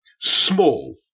small